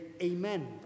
amen